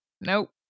Nope